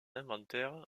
inventaire